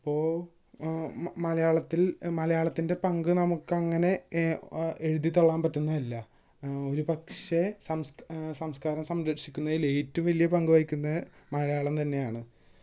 അപ്പോൾ മലയാളത്തില് മലയാളത്തിന്റെ പങ്ക് നമുക്കങ്ങനെ എഴുതിത്തള്ളാന് പറ്റുന്നതല്ല ഒരു പക്ഷെ സംസ്കാരം സംരക്ഷിക്കുന്നതില് ഏറ്റവും വലിയ പങ്ക് വഹിക്കുന്നത് മലയാളം തന്നെയാണ്